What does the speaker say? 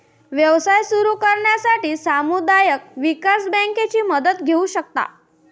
व्यवसाय सुरू करण्यासाठी समुदाय विकास बँकेची मदत घेऊ शकता